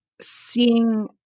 seeing